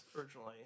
originally